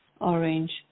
orange